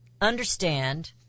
understand